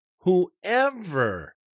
whoever